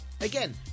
Again